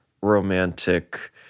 romantic